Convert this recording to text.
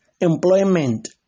employment